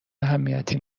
اهمیتی